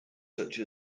such